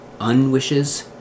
unwishes